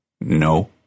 No